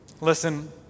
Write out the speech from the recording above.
Listen